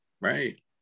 right